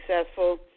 successful